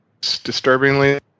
disturbingly